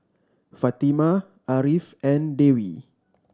Fatimah Ariff and Dewi